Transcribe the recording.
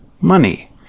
money